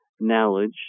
Knowledge